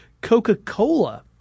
Coca-Cola